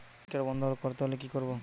Credit card বন্ধ করতে হলে কি করব?